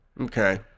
okay